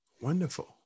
Wonderful